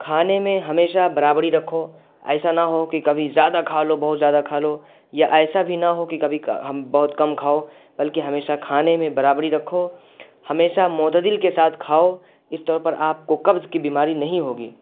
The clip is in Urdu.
کھانے میں ہمیشہ برابری رکھو ایسا نہ ہو کہ کبھی زیادہ کھا لو بہت زیادہ کھا لو یا ایسا بھی نہ ہو کہ کبھی ہم بہت کم کھاؤ بلکہ ہمیشہ کھانے میں برابری رکھو ہمیشہ معتدل کے ساتھ کھاؤ اس طور پر آپ کو قبض کی بیماری نہیں ہوگی